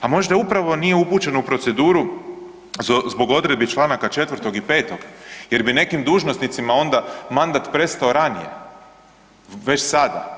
A možda upravo nije upućen u proceduru zbog odredbi čl. 4.i 5.jer bi nekim dužnosnicima onda mandat prestao ranije pa onda već sada.